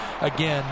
again